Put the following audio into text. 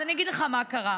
אז אני אגיד לך מה קרה.